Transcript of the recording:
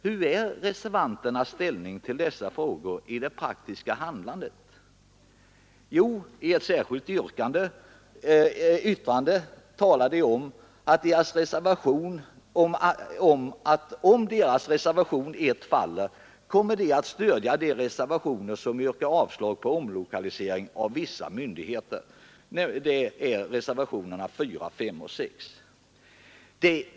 Hur är reservanternas ställning till dessa frågor i det praktiska handlandet? Jo, i ett särskilt yttrande talar de om att därest deras reservation 1 faller kommer de att stödja de reservationer som yrkar avslag på omlokalisering av vissa myndigheter. Det är reservationerna 4, 5 och 6.